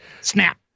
snap